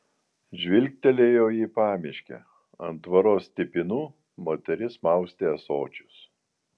žvilgtelėjo į pamiškę ant tvoros stipinų moteris maustė ąsočius